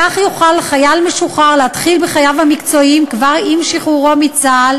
כך יוכל חייל משוחרר להתחיל בחייו המקצועיים כבר עם שחרורו מצה"ל